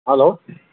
hello